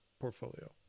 portfolio